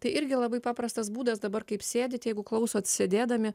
tai irgi labai paprastas būdas dabar kaip sėdit jeigu klausot sėdėdami